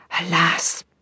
Alas